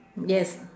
yes